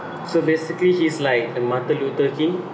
so basically he's like a martin luther king